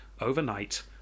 overnight